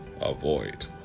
avoid